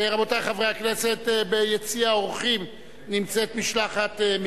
רבותי חברי הכנסת, ביציע האורחים נמצאת משלחת,